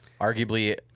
arguably